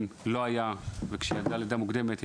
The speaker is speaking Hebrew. וכשהיא ילדה לידה מוקדמת,